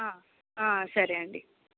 సరే అండీ